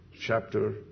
chapter